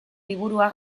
liburua